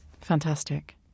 Fantastic